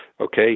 okay